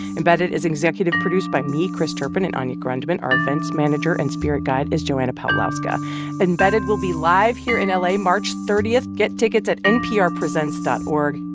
embedded is executive produced by me, chris turpin and anya grundmann. our events manager and spirit guide is joanna pawlowska embedded will be live here in la march thirty. get tickets tickets at nprpresents dot org.